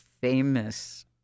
famous